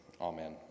Amen